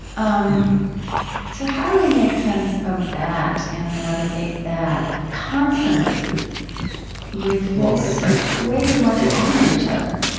um so how do we make sense of that and navigate that consonantly with this way we want to honor each other?